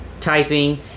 typing